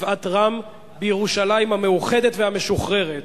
מגבעת-רם בירושלים המאוחדת והמשוחררת,